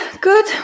good